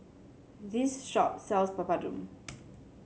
this shop sells Papadum